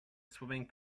swimming